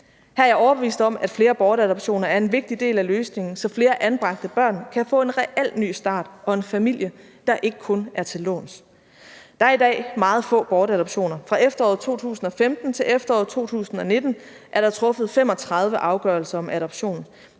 Her er jeg overbevist om, at flere bortadoptioner er en vigtig del af løsningen, så flere anbragte børn kan få en reel ny start og en familie, der ikke kun er til låns. Der er i dag meget få bortadoptioner. Fra efteråret 2015 til efteråret 2019 er der truffet 35 afgørelser om adoption,